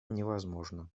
невозможно